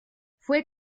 fue